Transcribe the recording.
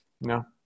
No